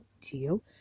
deal